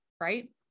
Right